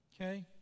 Okay